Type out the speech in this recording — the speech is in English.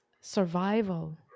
survival